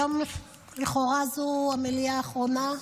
היום לכאורה זו המליאה האחרונה,